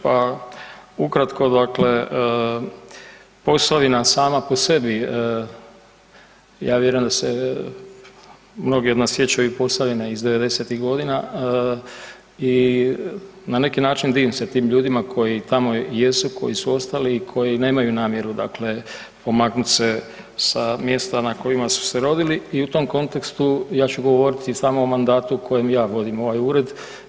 Pa ukratko dakle, Posavina sama po sebi ja vjerujem da se mnogi od sjećaju Posavine iz 90-ih godina i na neki način divim se tim ljudima koji tamo jesu, koji su ostali i koji nemaju namjeru dakle pomaknut se sa mjesta na kojima su se rodili i u tom kontekstu, ja ću govoriti samo o mandatu u kojem ja vodim ovaj ured.